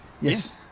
Yes